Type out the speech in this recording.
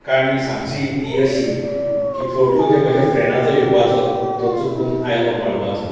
काणी सांगची ती अशी की फोटो जे म्हजे फ्रेंडाचो येवपाचो तो चुकून आयलो मळबाचो